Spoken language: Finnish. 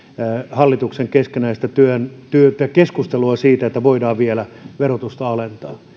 hallituksen keskinäistä keskustelua että voidaan vielä verotusta alentaa